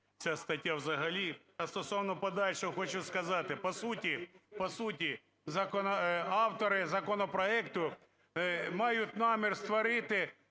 цієї статті взагалі. А стосовно подальшого хочу сказати. По суті, по суті автори законопроекту мають намір створити